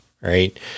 Right